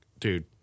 Dude